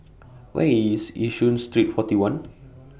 Where IS Yishun Street forty one